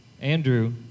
Andrew